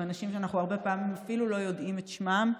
הם אנשים שאנחנו אפילו הרבה פעמים לא יודעים את שמם.